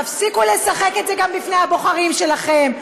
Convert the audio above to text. תפסיקו לשחק את זה גם בפני הבוחרים שלכם,